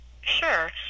Sure